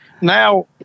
Now